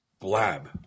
blab